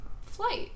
flight